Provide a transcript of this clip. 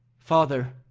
father,